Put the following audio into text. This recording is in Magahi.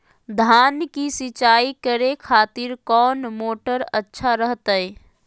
धान की सिंचाई करे खातिर कौन मोटर अच्छा रहतय?